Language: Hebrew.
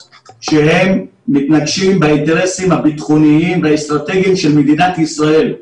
שמתנגשים באינטרסים הביטחוניים והאסטרטגיים של מדינת ישראל.